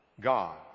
god